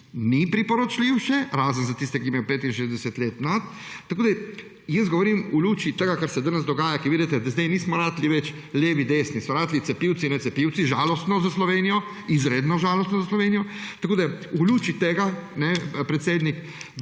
šeni priporočljiv, razen za tiste, ki imajo 65 let in več. Govorim v luči tega, kar se danes dogaja, ker vidite, da zdaj nismo več levi, desni, so ratali cepilci, necepilci. Žalostno za Slovenijo, izredno žalostno za Slovenijo. V luči tega, predsedujoči,